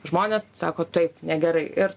žmonės sako taip negerai ir